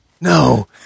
no